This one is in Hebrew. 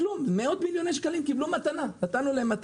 קבלו מתנה של מאות מיליוני שקלים ולא ניצלו אותה.